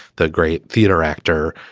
the great theater actor.